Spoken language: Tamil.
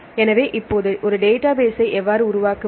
எனவே இப்போது ஒரு டேட்டாபேஸ்ஸை எவ்வாறு உருவாக்குவது